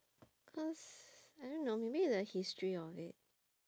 cause I don't know maybe the history of it